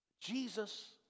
Jesus